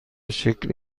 شکل